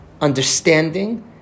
understanding